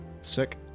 Sick